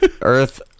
Earth